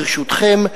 ברשותכם,